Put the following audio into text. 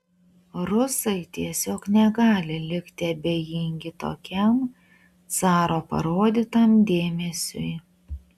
rusai tiesiog negali likti abejingi tokiam caro parodytam dėmesiui